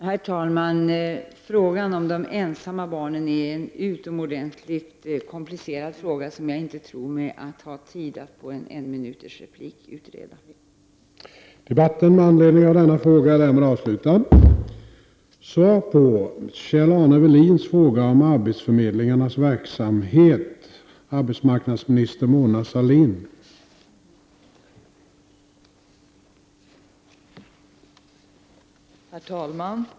Herr talman! Frågan om ensamma barn är utomordentligt komplicerad. Jag tror mig inte ha möjlighet att i enminutsrepliker utreda den.